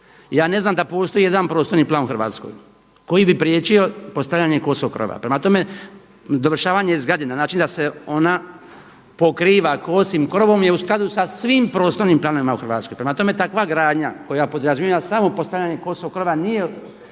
Ja ne znam da postoji jedan prostorni plan u Hrvatskoj koji bi priječio postavljanje kosog krova. Prema tome, dovršavanje zgrade na način da se ona pokriva kosim krovom je u skladu sa svim prostornim planovima u Hrvatskoj. Prema tome, takva gradnja koja podrazumijeva samo postavljanje kosog krova nije